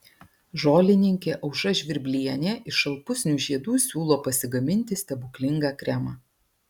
žolininkė aušra žvirblienė iš šalpusnių žiedų siūlo pasigaminti stebuklingą kremą